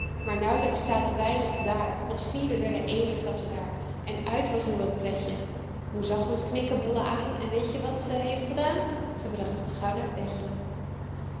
maar nauw'lijks zaten wij nog daar of zie we werden eensklaps raar en uit was heel het pretje moe zag ons knikkebollen aan en weet ge wat zij heeft gedaan ze bracht ons gauw naar t bedje